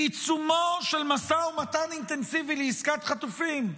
בעיצומו של משא ומתן אינטנסיבי לעסקת חטופים,